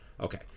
Okay